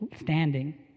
standing